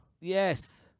Yes